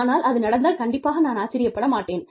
ஆனால் அது நடந்தால் கண்டிப்பாக நான் ஆச்சரியப்பட மாட்டேன்